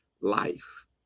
life